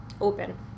open